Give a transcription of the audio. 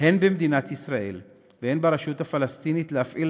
הן במדינת ישראל והן ברשות הפלסטינית להפעיל